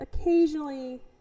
occasionally